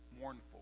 mournful